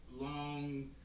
long